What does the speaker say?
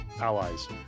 allies